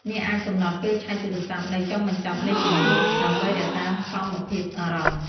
អ្នកអាចកំណត់ពេលឆែកទូរស័ព្ទនៅចុងបញ្ចប់នៃជំនួប ដើម្បីរក្សាសមភាពអារម្មណ៍។